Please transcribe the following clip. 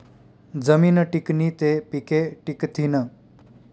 जमीन टिकनी ते पिके टिकथीन